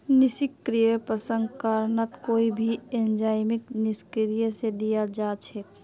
निष्क्रिय प्रसंस्करणत कोई भी एंजाइमक निष्क्रिय करे दियाल जा छेक